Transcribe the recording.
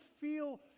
feel